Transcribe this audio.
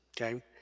okay